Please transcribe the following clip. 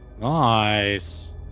Nice